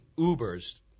Uber's